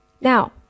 Now